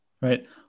right